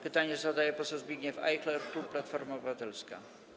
Pytanie zadaje poseł Zbigniew Ajchler, klub Platforma Obywatelska.